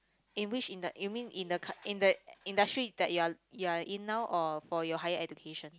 in which in the you mean in the coun~ in the industry that you are you are in now or for your higher education